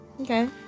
Okay